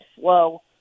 slow